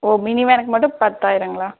ஓ mini வேனுக்கு மட்டும் பத்தாயிரங்களா